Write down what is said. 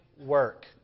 work